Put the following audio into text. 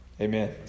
Amen